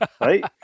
right